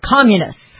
communists